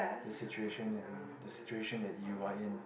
the situation and the situation that you are in